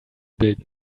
bilden